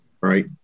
right